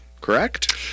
correct